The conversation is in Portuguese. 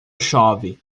chove